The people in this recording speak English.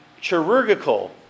chirurgical